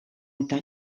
eta